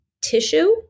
tissue